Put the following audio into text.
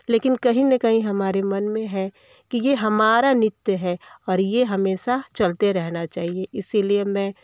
लेकिन कहीं न कहीं ये हमारे मन में है कि ये हमारा नृत्य है और ये हमेशा चलते रहना चाहिए इसीलिए मैं